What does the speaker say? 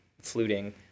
fluting